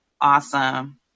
Awesome